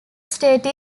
state